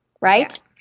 right